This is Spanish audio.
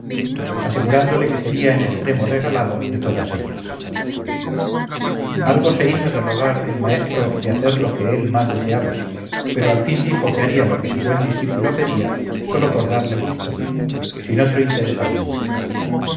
asegurándole que sería en estremo regalado de todas ellas algo se hizo de rogar el maestro de hacer lo que él más deseaba pero al fin dijo que haría lo que su buen discípulo pedía sólo por darle gusto sin otro interés alguno